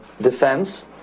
defense